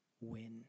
win